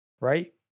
Right